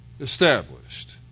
established